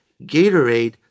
Gatorade